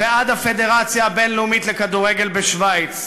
ועד הפדרציה הבין-לאומית לכדורגל בשווייץ.